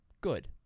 good